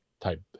type